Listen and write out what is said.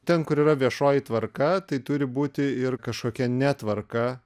ten kur yra viešoji tvarka tai turi būti ir kažkokia netvarka